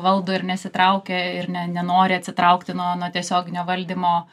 valdo ir nesitraukia ir ne nenori atsitraukti nuo nuo tiesioginio valdymo